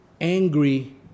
angry